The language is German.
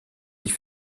sich